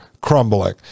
crumbling